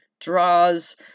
draws